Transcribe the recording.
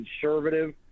conservative